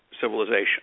civilization